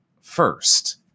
first